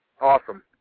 Awesome